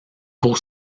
pour